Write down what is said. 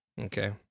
Okay